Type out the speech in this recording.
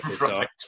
Right